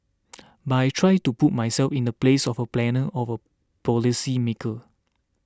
but I try to put myself in the place of a planner of a policy maker